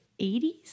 80s